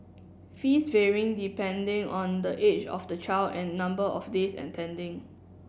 fees vary depending on the age of the child and number of days attending